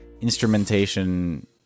Instrumentation